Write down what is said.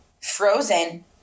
frozen